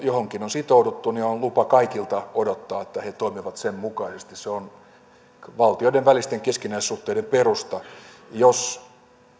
johonkin on sitouduttu niin on lupa kaikilta odottaa että he he toimivat sen mukaisesti se on valtioiden välisten keskinäissuhteiden perusta jos